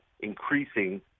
increasing